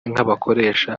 nk’abakoresha